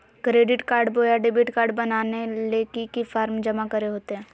Credit card बोया debit card बनाने ले की की फॉर्म जमा करे होते?